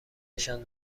نشان